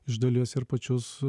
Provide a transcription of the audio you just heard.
iš dalies ir pačius